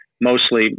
mostly